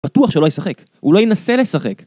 בטוח שלא ישחק, הוא לא ינסה לשחק